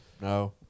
No